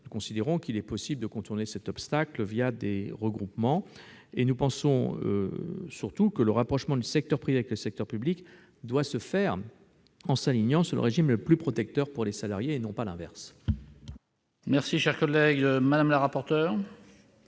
nous considérons qu'il est possible de contourner cet obstacle des regroupements. Nous pensons surtout que le rapprochement entre le secteur privé et le secteur public doit se faire en s'alignant sur le régime le plus protecteur pour les salariés, et non pas l'inverse. Quel est l'avis de la commission